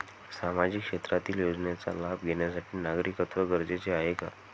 सामाजिक क्षेत्रातील योजनेचा लाभ घेण्यासाठी नागरिकत्व गरजेचे आहे का?